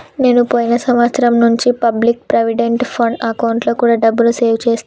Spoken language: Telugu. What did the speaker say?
నేను పోయిన సంవత్సరం నుంచి పబ్లిక్ ప్రావిడెంట్ ఫండ్ అకౌంట్లో కూడా డబ్బుని సేవ్ చేస్తున్నా